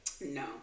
No